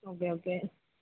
okay okay